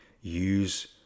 use